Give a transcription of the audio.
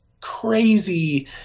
crazy